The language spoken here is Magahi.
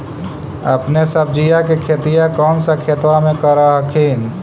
अपने सब्जिया के खेतिया कौन सा खेतबा मे कर हखिन?